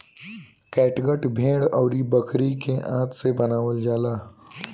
catgut भेड़ अउरी बकरी के आंत से बनावल जाला